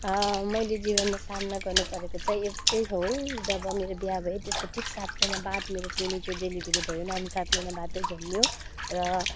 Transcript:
मैले जीवनमा सामना गर्नु परेको चाहिँ एउटै हो जब मेरो बिहा भयो त्यसको ठिक सात महिना बाद मेरो प्रिमेच्योर डेलिभरी भयो नानी सात महिना बाद चाहिँ जन्मियो र